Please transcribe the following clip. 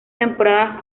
temporadas